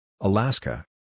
Alaska